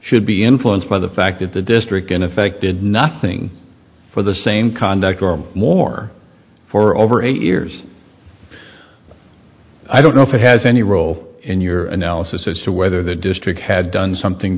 should be influenced by the fact that the district in effect did nothing for the same conduct or more for over eight years i don't know if it has any role in your analysis as to whether the district had done something